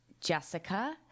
Jessica